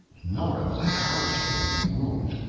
nor am i hurt with any wound.